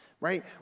right